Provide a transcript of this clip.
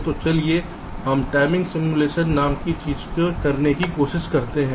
तो चलिए हम टाइमिंग सिमुलेशन नाम की चीज़ की कोशिश करते हैं